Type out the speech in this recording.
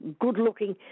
good-looking